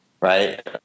right